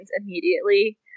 immediately